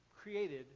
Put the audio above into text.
created